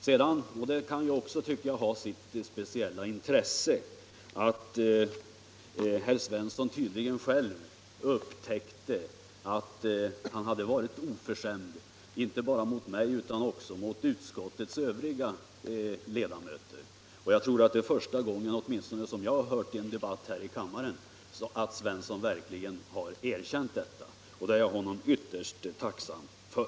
Sedan kan det ju också ha sitt speciella intresse att herr Svensson tydligen själv upptäckte att han hade varit oförskämd inte bara mot mig utan också mot utskottets övriga ledamöter. Jag tror att det är första gången som åtminstone jag har hört i en debatt här i kammaren att herr Svensson verkligen har erkänt detta — och det är jag honom ytterst tacksam för.